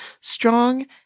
strong